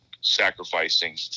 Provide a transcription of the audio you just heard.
sacrificing